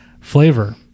Flavor